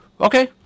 okay